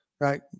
Right